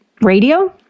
radio